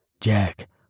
Jack